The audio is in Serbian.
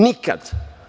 Nikada.